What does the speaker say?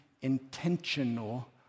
intentional